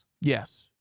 Yes